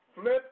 flip